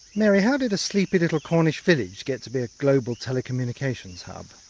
mary, how did a sleepy little cornish village get to be a global telecommunications hub?